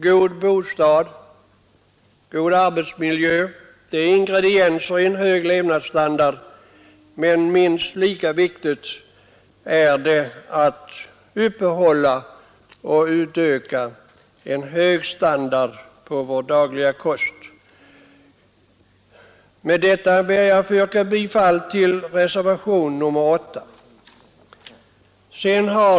God bostad och god arbetsmiljö är ingredienser i en hög levnadsstandard, men minst lika viktigt är att uppehålla och utöka en hög standard beträffande vår dagliga kost. Herr talman! Med det anförda ber jag att få yrka bifall till reservationen 8 a.